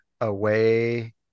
away